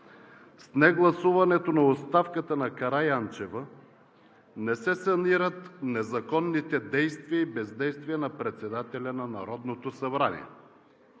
С негласуването на оставката на Караянчева не се санират незаконните действия и бездействия на председателя на Народното събрание,